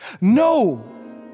no